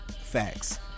Facts